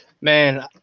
Man